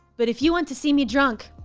but if you want to see me drunk,